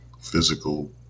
Physical